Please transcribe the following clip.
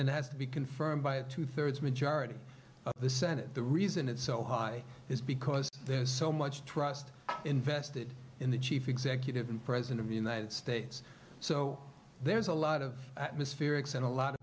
then has to be confirmed by a two thirds majority of the senate the reason it's so high is because there's so much trust invested in the chief executive and president of the united states so there's a lot of atmospherics and a lot of